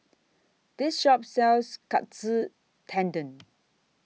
This Shop sells Katsu Tendon